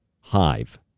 hive